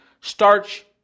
starch